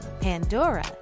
Pandora